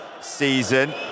season